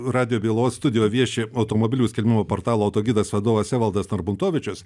radijo bylos studijo vieši automobilių skelbimų portalo autogidas vadovas evaldas narbuntovičius